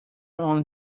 only